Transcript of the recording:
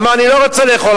אמר: אני לא רוצה לאכול,